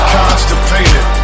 Constipated